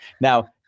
now